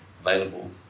available